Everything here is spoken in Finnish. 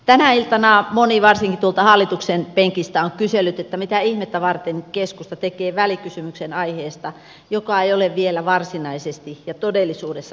tänä iltana moni varsinkin tuolta hallituksen penkistä on kysellyt mitä ihmettä varten keskusta tekee välikysymyksen aiheesta joka ei ole vielä varsinaisesti ja todellisuudessa tapetilla